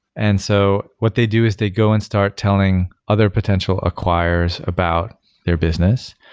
and so, what they do is they go and start telling other potential acquirers about their business.